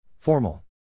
Formal